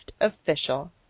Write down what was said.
official